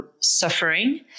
suffering